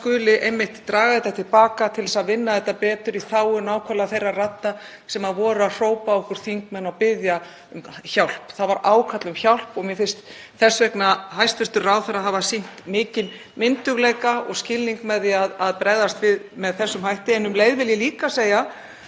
hann skuli einmitt draga málið til baka til þess að vinna það betur í þágu nákvæmlega þeirra radda sem voru að hrópa á okkur þingmenn og biðja um hjálp. Það var ákall um hjálp. Mér finnst hæstv. ráðherra hafa sýnt mikinn myndugleika og skilning með því að bregðast við með þessum hætti. En um leið vil ég líka segja,